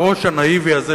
בראש הנאיבי הזה,